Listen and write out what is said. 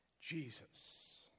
Jesus